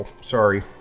sorry